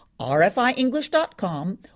rfienglish.com